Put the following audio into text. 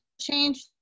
change